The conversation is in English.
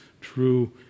true